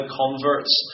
converts